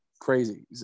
crazy